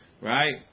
Right